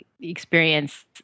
experience